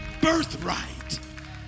birthright